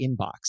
inbox